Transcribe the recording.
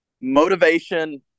Motivation